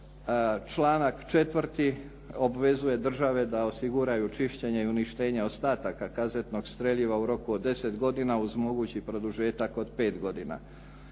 Članak 4. obvezuje države da osiguraju čišćenje i uništenje ostataka kazetnog streljiva u roku od 10 godina uz mogući produžetak od 5 godina.